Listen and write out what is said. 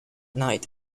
night